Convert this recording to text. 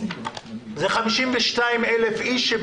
זה 52,000 איש,